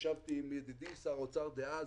ישבתי עם ידידי שר האוצר דאז,